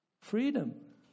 Freedom